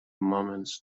moment